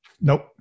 Nope